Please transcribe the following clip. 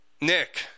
Nick